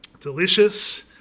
delicious